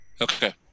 Okay